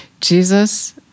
Jesus